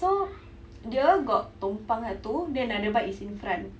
so dia got tumpang satu then another bike is in front